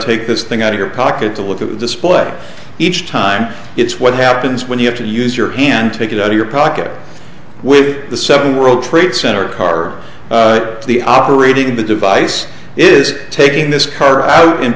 take this thing out of your pocket to look at the display each time it's what happens when you have to use your hand take it out of your pocket when the seven world trade center car to the operating the device is taking this car out and